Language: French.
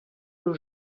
nos